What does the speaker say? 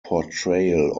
portrayal